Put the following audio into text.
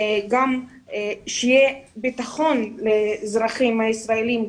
שיהיה גם ביטחון לאזרחים הישראלים,